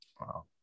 wow